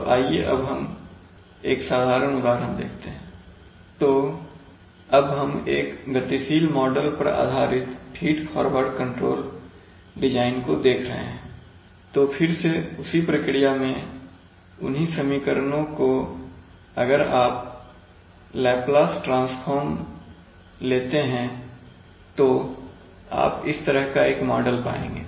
तो आइए अब हम एक साधारण उदाहरण देखते हैं तो अब हम एक गतिशील मॉडल पर आधारित फीड फॉरवर्ड कंट्रोलर डिजाइन को देख रहे हैं तो फिर से उसी प्रक्रिया में उन्हीं समीकरणों का अगर आप लेप्लास ट्रांसफार्म लेते हैं तो आप इस तरह का एक मॉडल पाएंगे